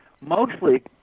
mostly